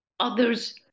Others